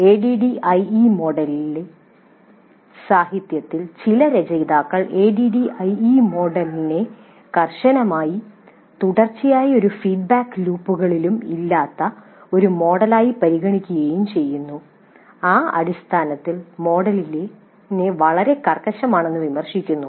ADDIE മോഡലിലെ സാഹിത്യത്തിൽ ചില രചയിതാക്കൾ ADDIE മോഡലിനെ കർശനമായി തുടർച്ചയായ യാതൊരു ഫീഡ്ബാക്ക് ലൂപ്പുകളും ഇല്ലാത്ത ഒരു മോഡലായി ഉപയോഗിക്കുകയും പരിഗണിക്കുകയും ചെയ്യുന്നു ആ അടിസ്ഥാനത്തിൽ മോഡലിനെ വളരെ കർക്കശമാണെന്ന് വിമർശിക്കുന്നു